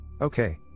Okay